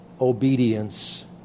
obedience